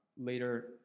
later